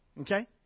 Okay